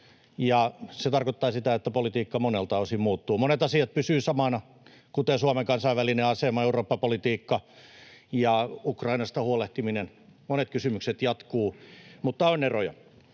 se tarkoittaa sitä, että politiikka monelta osin muuttuu. Monet asiat pysyvät samana, kuten Suomen kansainvälinen asema, Eurooppa-politiikka ja Ukrainasta huolehtiminen, monet kysymykset jatkuvat, mutta on eroja.